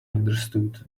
understood